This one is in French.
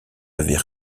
avaient